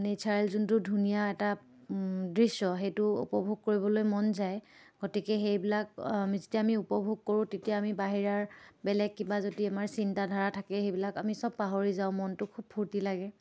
natural যোনটো ধুনীয়া এটা দৃশ্য সেইটো উপভোগ কৰিবলৈ মন যায় গতিকে সেইবিলাক যেতিয়া আমি উপভোগ কৰোঁ তেতিয়া আমি বাহিৰাৰ বেলেগ কিবা যদি আমাৰ চিন্তাধাৰা থাকে সেইবিলাক আমি চব পাহৰি যাওঁ মনটো খুব ফূৰ্তি লাগে